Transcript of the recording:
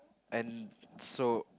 and so